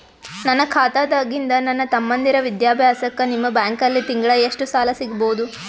ನನ್ನ ಖಾತಾದಾಗಿಂದ ನನ್ನ ತಮ್ಮಂದಿರ ವಿದ್ಯಾಭ್ಯಾಸಕ್ಕ ನಿಮ್ಮ ಬ್ಯಾಂಕಲ್ಲಿ ತಿಂಗಳ ಎಷ್ಟು ಸಾಲ ಸಿಗಬಹುದು?